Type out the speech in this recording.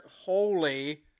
holy